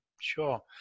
Sure